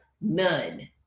None